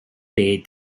day